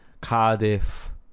Cardiff